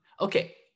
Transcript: Okay